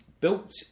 Built